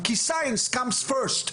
כי מדעים באים ראשונים,